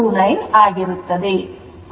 29 ಆಗಿರುತ್ತದೆ